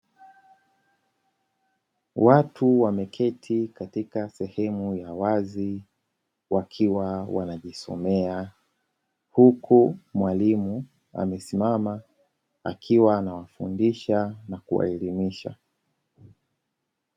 Watu wameketi katika sehemu ya wazi, wakiwa wanajisomea, huku mwalimu amesimama, akiwa anawafundisha na kuwaelimisha.